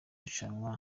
rushanwa